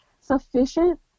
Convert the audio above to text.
sufficient